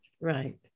right